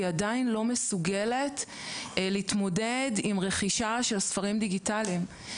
עדיין לא מסוגלת להתמודד עם רכישה של ספרים דיגיטליים.